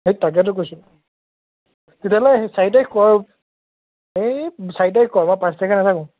সেই তাকেতো কৈছোঁ তেতিয়াহ'লে সেই চাৰি তাৰিখ কৰ সেই চাৰি তাৰিখ কৰ মই পাঁচ তাৰিখে নেথাকোঁ